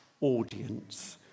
audience